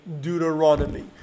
Deuteronomy